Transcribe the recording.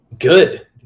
good